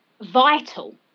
vital